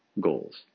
goals